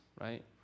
right